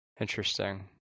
interesting